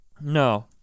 No